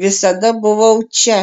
visada buvau čia